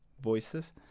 voices